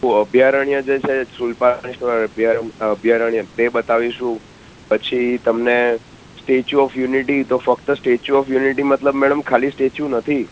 આખું અભિયારણ્ય જે છે શૂલપાણેશ્વર અભિયા અભિયારણ્ય તે બતાવીશું પછી તમને સ્ટેચ્યુ ઓફ યુનિટી તો ફક્ત સ્ટેચ્યુ ઓફ યુનિટી મતલબ મેડમ ખાલી સ્ટેચ્યુ નથી